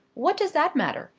what does that matter?